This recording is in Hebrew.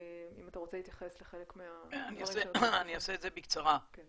אם לאדם יש רק אופציה אחת והוא לא יכול